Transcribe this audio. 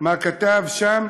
מה כתב שם?